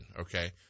okay